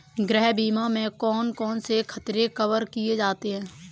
गृह बीमा में कौन कौन से खतरे कवर किए जाते हैं?